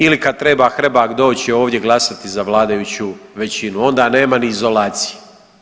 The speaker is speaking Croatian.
Ili kad treba Hrebak doći ovdje glasati za vladajuću većinu onda nema ni izolacije.